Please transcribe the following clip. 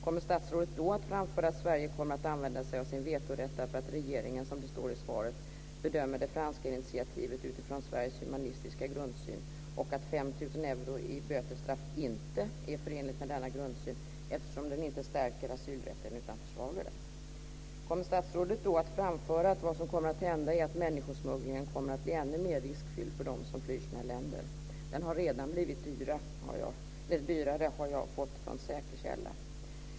Kommer statsrådet då att framföra att Sverige kommer att använda sig av sin vetorätt därför att regeringen, som det framgick av svaret, bedömer det franska initiativet utifrån Sveriges humanistiska grundsyn och att 5 000 euro i bötesstraff inte är förenligt med denna grundsyn eftersom den inte stärker asylrätten utan försvagar den? Kommer statsrådet då att framföra att det som kommer att hända är att människosmugglingen kommer att bli ännu mer riskfylld för dem som flyr sina länder? Den har redan blivit dyrare har jag fått veta från säker källa.